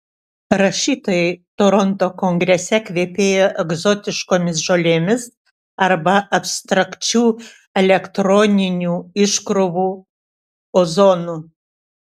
rašytojai toronto kongrese kvepėjo egzotiškomis žolėmis arba abstrakčių elektroninių iškrovų ozonu